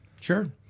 Sure